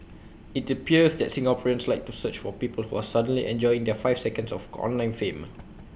IT appears that Singaporeans like to search for people who are suddenly enjoying their five seconds of online fame